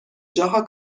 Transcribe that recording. جاها